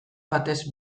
batez